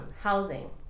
housing